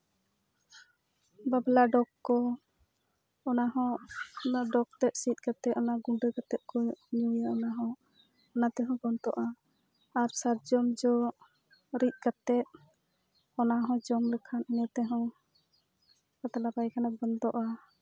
ᱵᱟᱵᱽᱞᱟ ᱰᱚᱜᱽ ᱠᱚ ᱚᱱᱟ ᱦᱚᱸ ᱚᱱᱟ ᱰᱚᱜᱽ ᱛᱮᱫ ᱥᱤᱫ ᱠᱟᱛᱮᱫ ᱚᱱᱟ ᱜᱩᱸᱰᱟᱹ ᱠᱟᱛᱮᱫ ᱠᱚ ᱧᱩᱭᱟ ᱚᱱᱟ ᱦᱚᱸ ᱚᱱᱟ ᱛᱮᱦᱚᱸ ᱵᱚᱱᱫᱚᱜᱼᱟ ᱟᱨ ᱥᱟᱨᱡᱚᱢ ᱡᱚ ᱨᱤᱫ ᱠᱟᱛᱮᱫ ᱚᱱᱟ ᱦᱚᱸ ᱡᱚᱢ ᱞᱮᱠᱷᱟᱱ ᱤᱱᱟᱹ ᱛᱮᱦᱚᱸ ᱯᱟᱛᱞᱟ ᱯᱟᱭᱠᱷᱟᱱᱟ ᱵᱚᱱᱫᱚᱜᱼᱟ